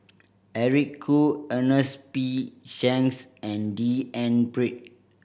Eric Khoo Ernest P Shanks and D N Pritt